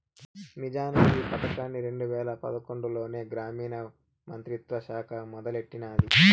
నిజానికి ఈ పదకాన్ని రెండు వేల పదకొండులోనే గ్రామీణ మంత్రిత్వ శాఖ మొదలెట్టినాది